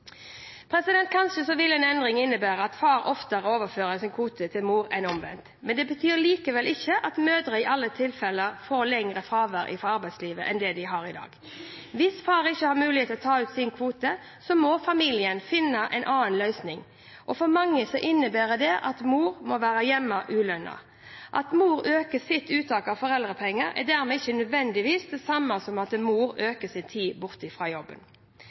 vil en endring innebære at far oftere overfører sin kvote til mor enn omvendt. Det betyr likevel ikke at mødre i alle tilfeller får lengre fravær fra arbeidslivet enn det de har i dag. Hvis far ikke har mulighet til å ta ut sin kvote, må familien finne en annen løsning. For mange innebærer det at mor må være hjemme ulønnet. At mor øker sitt uttak av foreldrepenger, er dermed ikke nødvendigvis det samme som at mor øker sin tid